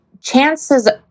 chances